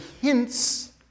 hints